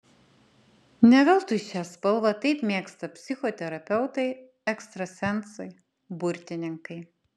ne veltui šią spalvą taip mėgsta psichoterapeutai ekstrasensai burtininkai